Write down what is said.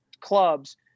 clubs